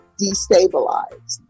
destabilized